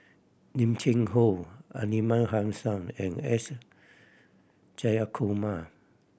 Lim Cheng Hoe Aliman Hassan and S Jayakumar